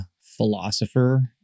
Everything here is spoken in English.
philosopher